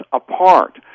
apart